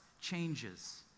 changes